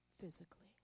physically